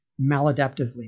maladaptively